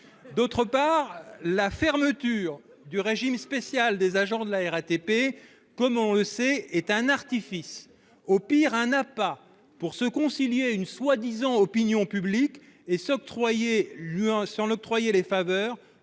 nous le savons, la fermeture du régime spécial des agents de la RATP, est au mieux un artifice, au pire un appât pour se concilier une soi-disant opinion publique et s'en octroyer les faveurs,